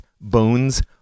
bones